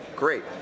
Great